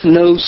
no